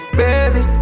baby